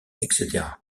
etc